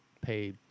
pay